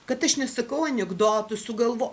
kad aš nesakau anekdotų sugalvo